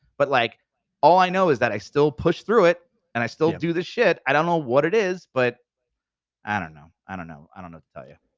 but like all i know is that i still push through it and i still do the shit. i don't know what it is, but i don't know, i don't know, i don't know what to tell you.